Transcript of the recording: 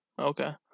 okay